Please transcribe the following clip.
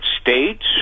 states